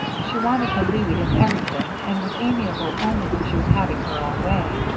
she wanted to lead in everything and was amiable only when she was having her own way.